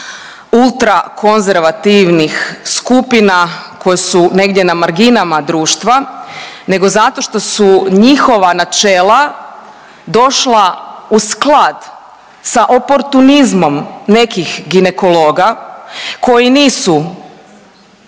ultrakonzervativnih skupina koje su negdje na marginama društva, nego zato što su njihova načela došla u sklad sa oportunizmom nekih ginekologa koji nisu